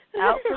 out